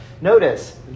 notice